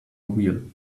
wheel